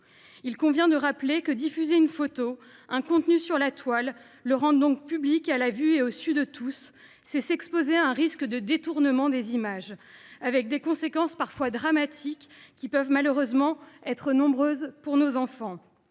Il convient de rappeler que diffuser une photo ou tout autre contenu sur la Toile, le rendre public, au vu et au su de tous, c’est s’exposer à un risque de détournement des images. Les conséquences, parfois dramatiques, peuvent malheureusement être nombreuses pour nos enfants,